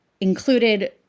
included